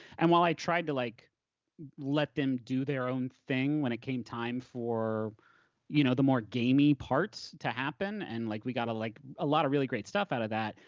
and while i tried to like let them do their own thing when it came time for you know the more gamey parts to happen, and like we got a like ah lot of really great stuff out of that,